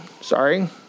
Sorry